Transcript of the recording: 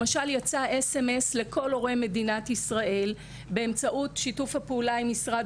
למשל יצא אס.אם.אס לכל הורי מדינת ישראל באמצעות שיתוף הפעולה עם משרד